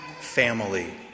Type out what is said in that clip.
family